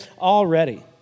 already